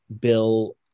Bill